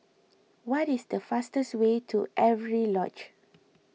what is the fastest way to Avery Lodge